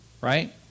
right